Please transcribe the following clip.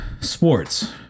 Sports